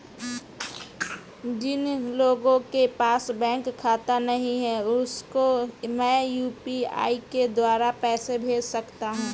जिन लोगों के पास बैंक खाता नहीं है उसको मैं यू.पी.आई के द्वारा पैसे भेज सकता हूं?